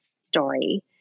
Story